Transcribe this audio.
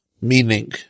meaning